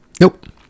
Nope